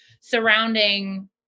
surrounding